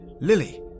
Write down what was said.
lily